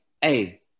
hey